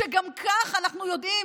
גם כך אנחנו יודעים,